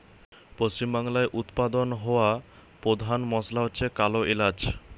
পশ্চিমবাংলায় উৎপাদন হওয়া পোধান মশলা হচ্ছে কালো এলাচ